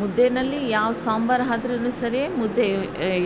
ಮುದ್ದೆಯಲ್ಲಿ ಯಾವ ಸಾಂಬಾರು ಆದ್ರೂ ಸರಿ ಮುದ್ದೆ